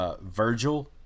Virgil